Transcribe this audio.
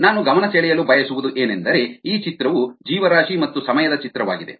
ನಾನು ಗಮನಸೆಳೆಯಲು ಬಯಸುವುದು ಏನೆಂದರೆ ಈ ಚಿತ್ರವು ಜೀವರಾಶಿ ಮತ್ತು ಸಮಯದ ಚಿತ್ರವಾಗಿದೆ